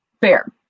Fair